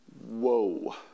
Whoa